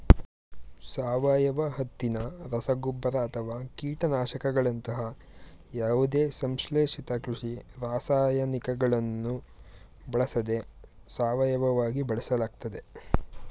ಸಾವಯವ ಹತ್ತಿನ ರಸಗೊಬ್ಬರ ಅಥವಾ ಕೀಟನಾಶಕಗಳಂತಹ ಯಾವುದೇ ಸಂಶ್ಲೇಷಿತ ಕೃಷಿ ರಾಸಾಯನಿಕಗಳನ್ನು ಬಳಸದೆ ಸಾವಯವವಾಗಿ ಬೆಳೆಸಲಾಗ್ತದೆ